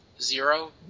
Zero